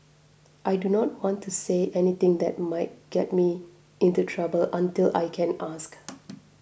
I do not want to say anything that might get me into trouble until I can ask